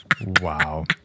Wow